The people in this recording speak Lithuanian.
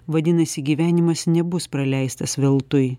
vadinasi gyvenimas nebus praleistas veltui